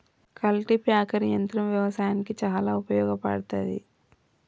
cultipacker యంత్రం వ్యవసాయానికి చాలా ఉపయోగపడ్తది